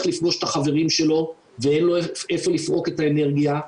לפגוש את החברים שלו ואין לו איפה לפרוק את האנרגיה,